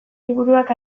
liburuak